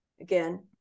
Again